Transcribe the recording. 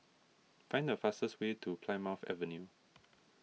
find the fastest way to Plymouth Avenue